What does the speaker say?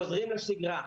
חוזרים לשגרה.